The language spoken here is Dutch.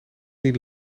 niet